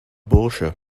bursche